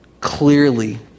clearly